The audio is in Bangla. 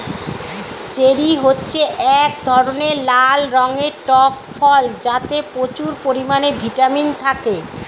চেরি হচ্ছে এক ধরনের লাল রঙের টক ফল যাতে প্রচুর পরিমাণে ভিটামিন থাকে